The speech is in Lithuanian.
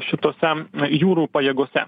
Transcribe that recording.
šitose jūrų pajėgose